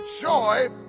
joy